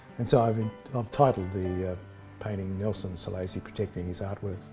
and so i've kind of titled the painting nelson selasi protecting his art work.